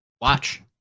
Watch